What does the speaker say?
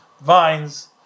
vines